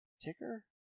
Ticker